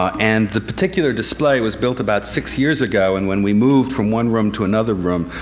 um and the particular display was built about six years ago, and when we moved from one room to another room,